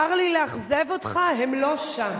צר לי לאכזב אותך, הם לא שם.